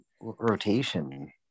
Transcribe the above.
rotation